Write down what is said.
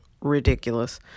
Ridiculous